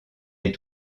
est